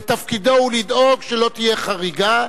ותפקידו הוא לדאוג שלא תהיה חריגה,